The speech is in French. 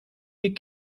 les